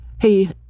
He